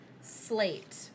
Slate